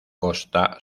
costa